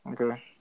Okay